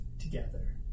together